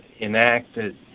enacted